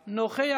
נוכח.